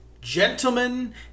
gentlemen